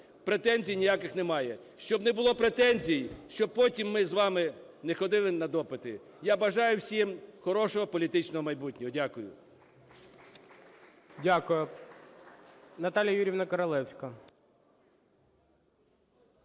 Претензій ніяких немає. Щоб не було претензій, щоб потім ми з вами не ходили на допити. Я бажаю всім хорошого політичного майбутнього. Дякую.